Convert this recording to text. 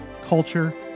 culture